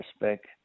Respect